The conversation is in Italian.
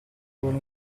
vuole